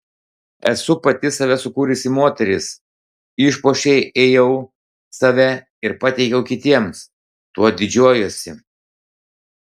esu pati save sukūrusi moteris išpuošei ėjau save ir pateikiau kitiems tuo didžiuojuosi